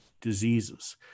diseases